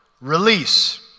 release